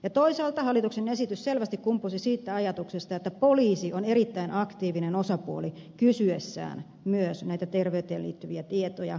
ja toisaalta hallituksen esitys selvästi kumpusi siitä ajatuksesta että poliisi on erittäin aktiivinen osapuoli kysyessään myös näitä terveyteen liittyviä tietoja lääkäreiltä